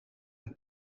een